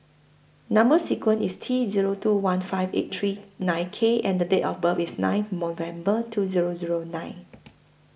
Number sequence IS T Zero two one five eight three nine K and Date of birth IS nine November two Zero Zero nine